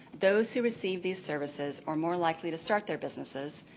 those who received these services are more likely to start their businesses.